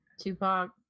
Tupac